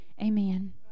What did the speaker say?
amen